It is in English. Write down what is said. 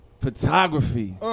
photography